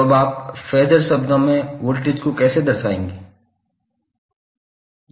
तो अब आप फेज़र शब्दों में वोल्टेज को कैसे दर्शाएंगे